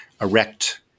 erect